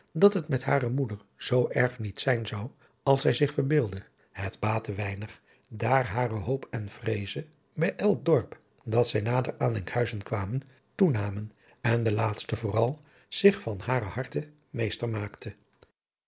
dat het met hare moeder zoo erg niet zijn zou als zij zich verbeeldde het baatte weinig daar hare hoop en vreeze bij elk dorp dat zij nader aan enkhuizen kwam toenamen en de laatste vooral zich van haar harte meester maakte